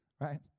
right